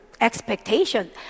expectation